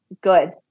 good